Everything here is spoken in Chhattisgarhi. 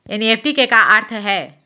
एन.ई.एफ.टी के का अर्थ है?